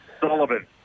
Sullivan